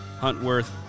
Huntworth